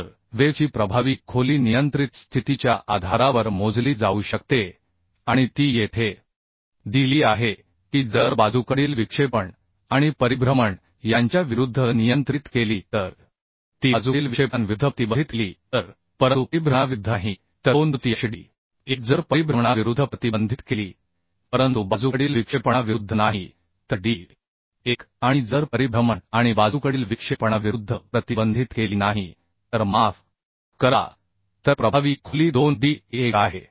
तर वेव्ह ची प्रभावी खोली नियंत्रित स्थितीच्या आधारावर मोजली जाऊ शकते आणि ती येथे दिली आहे की जर लॅटरल विक्षेपण आणि परिभ्रमण यांच्याविरुद्ध नियंत्रित केली तर ती लॅटरल विक्षेपणांविरुद्ध प्रतिबंधित केली तर परंतु परिभ्रमणाविरूद्ध नाही तर दोन तृतीयांश d 1 जर परिभ्रमणाविरूद्ध प्रतिबंधित केली परंतु लॅटरल विक्षेपणाविरूद्ध नाही तर d 1 आणि जर परिभ्रमण आणि लॅटरल विक्षेपणाविरूद्ध प्रतिबंधित केली नाही तर माफ करा तर प्रभावी खोली 2 d 1 आहे